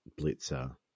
blitzer